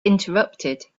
interrupted